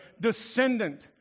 descendant